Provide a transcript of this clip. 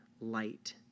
light